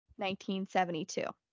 1972